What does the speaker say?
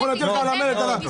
אנחנו נטיל לך על המלט --- שאלה.